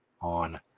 on